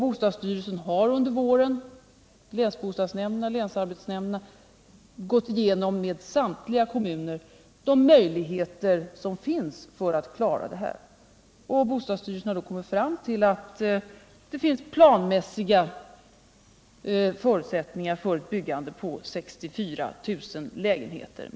Bostadsstyrelsen, länsbostadsnämnderna och länsarbetsnämnderna har under våren med samtliga kommuner gått igenom vilka möjligheter det finns att klara detta. Bostadsstyrelsen har kommit fram till att det finns planmässiga förutsättningar för ett byggande av 64 000 lägenheter.